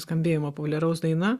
skambėjimo populiaraus daina